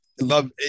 love